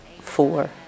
four